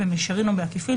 במישרין או בעקיפין,